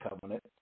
Covenant